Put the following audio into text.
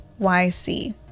YC